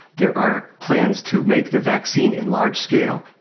there are plans to make the vaccine in large scale.